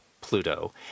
Pluto